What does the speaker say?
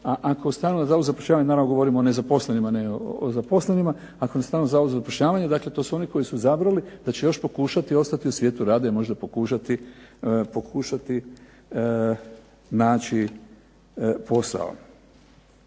A ako je stalno na Zavodu za zapošljavanje, naravno govorimo o nezaposlenima, ne o zaposlenima, ako je stalno na Zavodu za zapošljavanju dakle to su oni koji su izabrali da će još pokušati ostati u svijetu rada i možda pokušati naći posao.